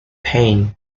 pain